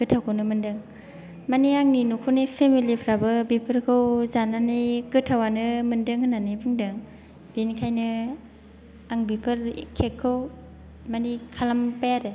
गोथावखौनो मोनदों माने आंनि नखरनि फेमिलिफ्राबो बेफोरखौ जानानै गोथावानो मोनदों होननानै बुंदों बेनिखायनो आं बेफोर केकखौ माने खालामबाय आरो